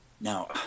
Now